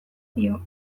dio